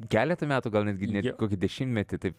keletą metų gal netgi net kokį dešimtmetį taip